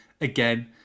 again